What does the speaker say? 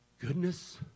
goodness